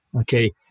okay